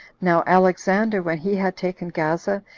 now alexander, when he had taken gaza,